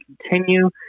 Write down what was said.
continue